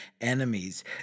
enemies